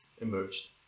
emerged